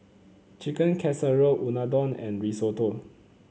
Chicken Casserole Unadon and Risotto